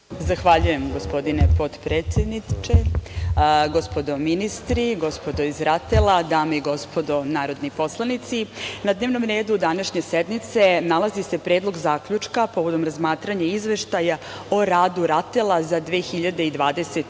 Zahvaljujem, gospodine potpredsedniče. Gospodo ministri, gospodo iz RATEL-a, dame i gospodo narodni poslanici, na dnevnom redu današnje sednice nalazi se Predlog zaključka povodom razmatranja Izveštaja o radu RATEL-a za 2020.